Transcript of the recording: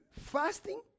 Fasting